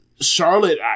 Charlotte